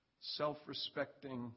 self-respecting